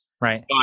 Right